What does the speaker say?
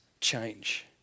change